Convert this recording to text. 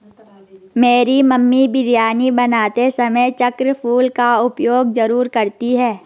मेरी मम्मी बिरयानी बनाते समय चक्र फूल का उपयोग जरूर करती हैं